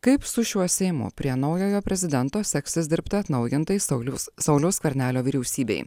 kaip su šiuo seimu prie naujojo prezidento seksis dirbti atnaujintai sauliaus sauliaus skvernelio vyriausybei